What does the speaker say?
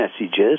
messages